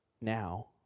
now